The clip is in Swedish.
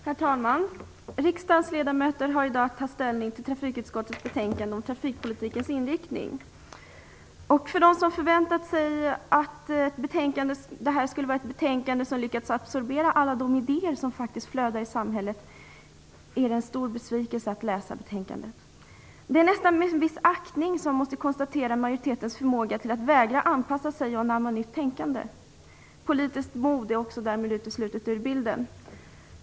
Herr talman! Riksdagens ledamöter har i dag att ta ställning till trafikutskottets betänkande om trafikpolitikens inriktning. För dem som förväntat sig ett betänkande där man lyckats absorbera alla de idéer som faktiskt flödar i samhället är det en stor besvikelse att läsa betänkandet. Det är nästan med en viss aktning man måste konstatera majoritetens förmåga att vägra anpassa sig och anamma nytt tänkande. Politiskt mod är också därmed uteslutet ur bilden.